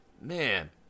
Man